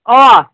اَوا